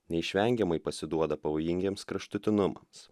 neišvengiamai pasiduoda pavojingiems kraštutinumams